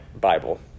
Bible